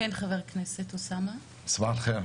חבר הכנסת אוסמה, בבקשה.